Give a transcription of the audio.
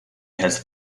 has